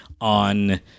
on